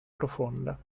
profonda